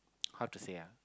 how to say ah